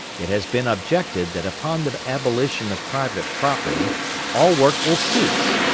it has been objected that upon the abolition of private property all work will cease,